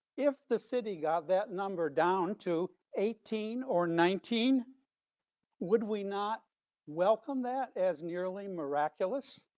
if the city got that number down to eighteen, or nineteen would we not welcome that as nearly miraculous